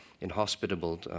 inhospitable